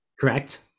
Correct